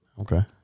Okay